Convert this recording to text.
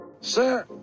sir